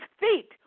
feet